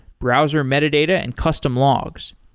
browser metadata and custom logs.